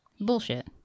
Bullshit